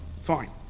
Fine